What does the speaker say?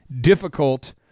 difficult